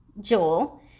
Joel